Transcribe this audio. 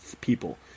people